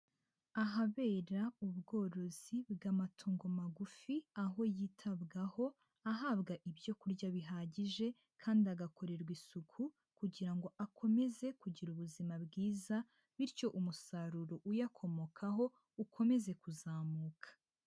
Ahabera ubworozi bw'amatungo magufi, aho yitabwaho ahabwa ibyo kurya bihagije kandi agakorerwa isuku kugira ngo akomeze kugira ubuzima bwiza bityo umusaruro uyakomokaho ukomeze kuzamuka.